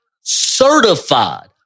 certified